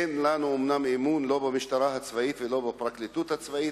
אין לנו אמון לא במשטרה הצבאית ולא בפרקליטות הצבאית,